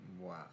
Wow